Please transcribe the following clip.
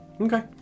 Okay